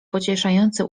pocieszający